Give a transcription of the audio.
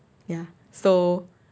ya so